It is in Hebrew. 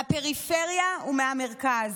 מהפריפריה ומהמרכז,